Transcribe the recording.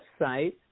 website